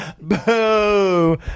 Boo